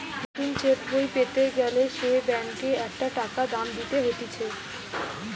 নতুন চেক বই পেতে গ্যালে সে ব্যাংকে একটা টাকা দাম দিতে হতিছে